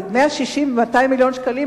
מ-160 200 מיליון שקלים,